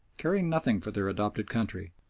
caring nothing for their adopted country,